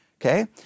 Okay